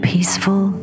Peaceful